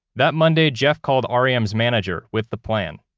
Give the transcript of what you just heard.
that monday, jeff called r e m's manager with the plan.